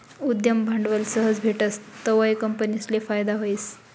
उद्यम भांडवल सहज भेटस तवंय कंपनीसले फायदा व्हस